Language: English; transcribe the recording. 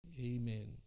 Amen